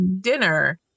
dinner